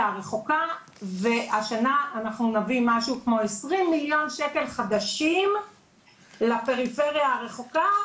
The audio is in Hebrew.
הרחוקה והשנה אנחנו נביא משהו כמו 20 מיליון שקל לפריפריה הרחוקה